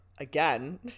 again